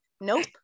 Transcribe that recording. nope